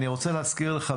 אני רוצה להזכיר לך,